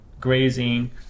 grazing